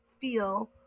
feel